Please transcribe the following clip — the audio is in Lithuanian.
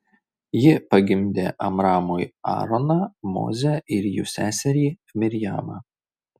ji pagimdė amramui aaroną mozę ir jų seserį mirjamą